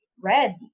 red